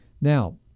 Now